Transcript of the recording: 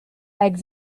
eggs